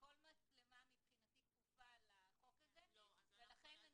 שכל צלמה מבחינתי כפופה לחוק הזה ולכן אני